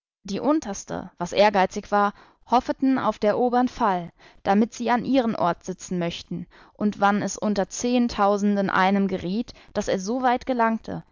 die unterste was ehrgeizig war hoffeten auf der obern fall damit sie an ihren ort sitzen möchten und wann es unter zehen tausenden einem geriet daß er so weit gelangte